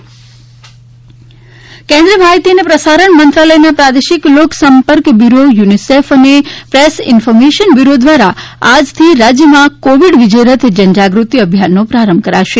Covid વિજય રથ કેન્દ્રીય માહિતી અને પ્રસારણ મંત્રાલયના પ્રાદેશિક લોકસંપર્ક બ્યુરો યુનિસેફ અને પ્રેસ ઇન્ફર્મેશન બ્યુરો દ્વારા આજથી રાજ્યમાં કોવિડ વિજયરથ જનજાગૃતિ અભિયાનનો પ્રારંભ કરાશે